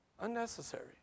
unnecessary